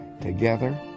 Together